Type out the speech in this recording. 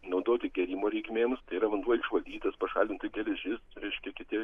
naudoti gėrimo reikmėms tai yra vanduo išvalytas pašalinta geležis reiškia kiti